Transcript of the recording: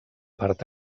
part